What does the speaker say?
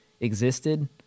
existed